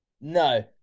No